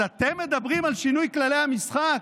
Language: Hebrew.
אז אתם מדברים על שינוי כללי המשחק?